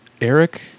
Eric